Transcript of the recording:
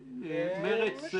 מרצ,